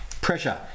pressure